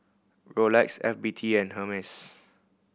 Rolex F B T and Hermes